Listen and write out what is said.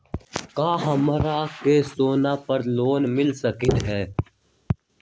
का हमरा के सोना पर लोन मिल सकलई ह?